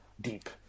deep